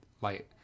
light